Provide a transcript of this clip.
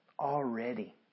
already